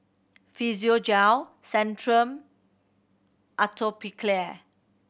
Physiogel Centrum Atopiclair